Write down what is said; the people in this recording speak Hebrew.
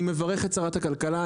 אני מברך את שרת הכלכלה,